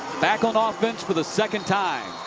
back on ah offense for the second time.